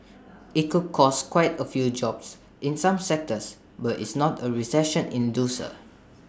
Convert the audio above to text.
IT could cost quite A few jobs in some sectors but it's not A recession inducer